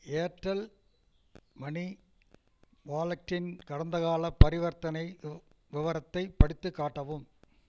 Airtel money வாலெட்டின் கடந்தகால பரிவர்த்தனை வி விவரத்தை படித்துக் காட்டவும்